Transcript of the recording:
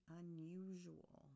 unusual